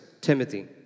Timothy